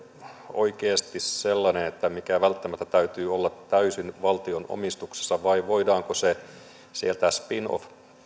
oikeasti sellainen minkä välttämättä täytyy olla täysin valtion omistuksessa vai voidaanko se spin off